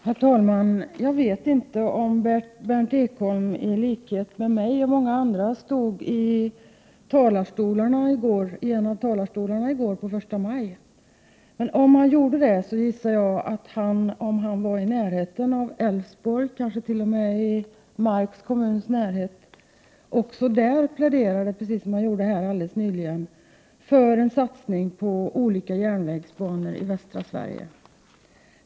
Herr talman! Jag vet inte om Berndt Ekholm, i likhet med mig och många andra, stod i en av talarstolarna i går på 1 maj. Om han gjorde det gissar jag att han, om han var i närheten av Älvsborgs län, också där pläderade, precis som han här alldeles nyss gjorde, för en satsning på olika järnvägsbanor i västra Sverige.